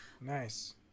Nice